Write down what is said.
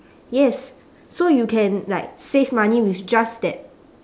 yes so you can like save money with just that